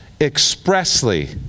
expressly